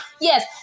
Yes